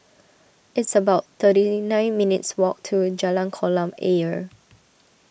it's about thirty nine minutes' walk to Jalan Kolam Ayer